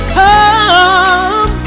come